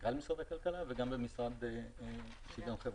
מנכ"ל משרד הכלכלה וגם במשרד לשוויון חברתי.